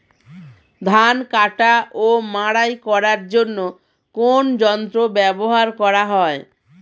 ধান কাটা ও মাড়াই করার জন্য কোন যন্ত্র ব্যবহার করা হয়?